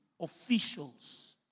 officials